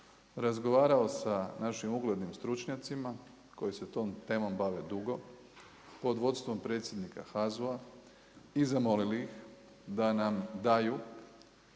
razgovarao sa našim uglednim stručnjacima, koji se om temom bave dugo, pod vodstvom predsjednika HZU-a i zamolili ih da nam daju